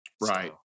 right